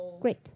Great